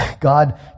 God